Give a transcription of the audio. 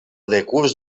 decurs